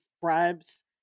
bribes